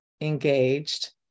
engaged